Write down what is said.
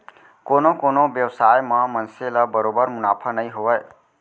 कोनो कोनो बेवसाय म मनसे ल बरोबर मुनाफा नइ होवय